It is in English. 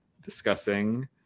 discussing